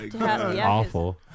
Awful